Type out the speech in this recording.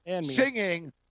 singing